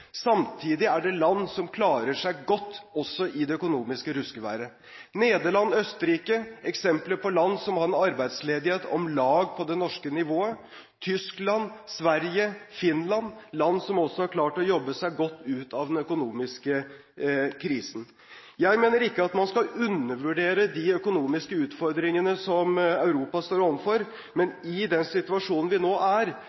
Samtidig er det land som klarer seg godt også i det økonomiske ruskeværet. Nederland og Østerrike er eksempler på land som har en arbeidsledighet om lag på det norske nivået. Tyskland, Sverige og Finland er land som også har klart å jobbe seg godt ut av den økonomiske krisen. Jeg mener ikke at man skal undervurdere de økonomiske utfordringene som Europa står overfor. Men i den situasjonen vi nå er,